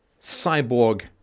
cyborg